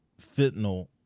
fentanyl